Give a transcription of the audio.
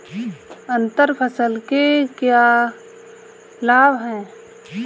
अंतर फसल के क्या लाभ हैं?